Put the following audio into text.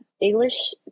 English